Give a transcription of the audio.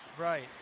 Right